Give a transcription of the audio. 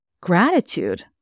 gratitude